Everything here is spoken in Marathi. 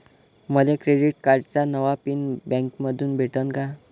मले क्रेडिट कार्डाचा नवा पिन बँकेमंधून भेटन का?